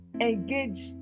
engage